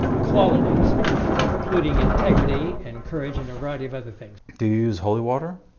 qualities including integrity and courage and a variety of other things. do you use? holy water?